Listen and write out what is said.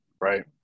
Right